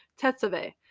Tetzaveh